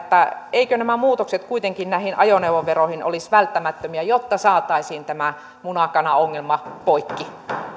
eivätkö nämä muutokset kuitenkin näihin ajoneuvoveroihin olisi välttämättömiä jotta saataisiin tämä muna kana ongelma poikki myönnän